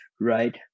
right